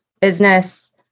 business